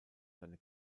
seine